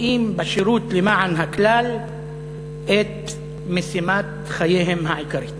רואים בשירות למען הכלל את משימת חייהם העיקרית.